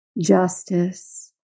justice